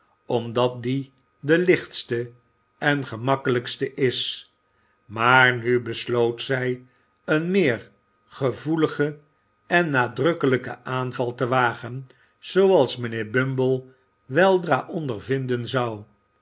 omdat die de lichtste en gemakkelijkste is maar nu besloot zij een meer gevoeligen en nadrukkelijken aanval te wagen zooals mijnheer bumble weldra ondervinden zou